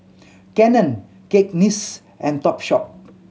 Canon Cakenis and Topshop